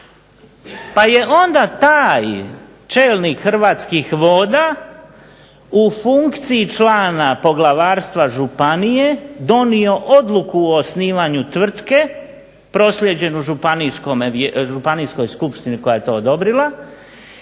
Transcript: Pa je onda taj čelnik Hrvatskih voda u funkciji člana poglavarstva županije donio odluku o osnivanju tvrtke proslijeđenu Županijskoj skupštini koja je to odobrila,